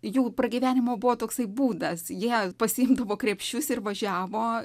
jų pragyvenimo buvo toksai būdas jie pasiimdavo krepšius ir važiavo